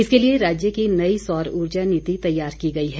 इसके लिए राज्य की नई सौर ऊर्जा नीति तैयार की गई है